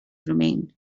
remained